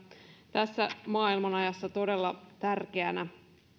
tässä maailmanajassa todella tärkeänä